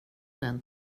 den